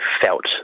felt